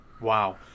Wow